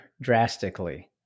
drastically